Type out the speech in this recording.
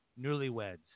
newlyweds